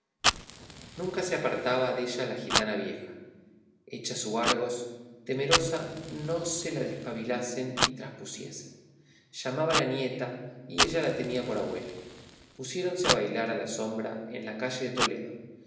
nunca se apartaba della la gitana vieja hecha su argos temerosa no se la despabilasen y traspusiesen llamábala nieta y ella la tenía por abuela pusiéronse a bailar a la sombra en la calle de toledo